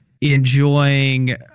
enjoying